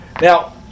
Now